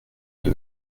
deux